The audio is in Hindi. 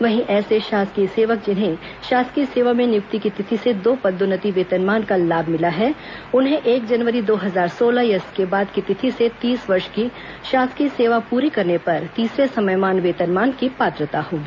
वहीं ऐसे शासकीय सेवक जिन्हें शासकीय सेवा में नियुक्ति की तिथि से दो पदोन्नति वेतनमान का लाभ मिला है उन्हें एक जनवरी दो हजार सोलह या इसके बाद की तिथि से तीस वर्ष की शासकीय सेवा पूरी करने पर तीसरे समयमान वेतनमान की पात्रता होगी